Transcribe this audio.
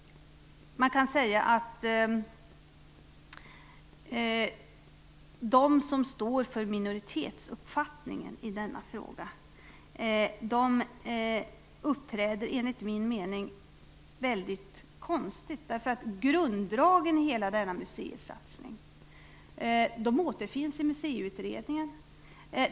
De som står för minoritetsuppfattningen i denna fråga uppträder enligt min mening väldigt konstigt. Grunddragen i hela denna museisatsning återfinns ju i Museiutredningen.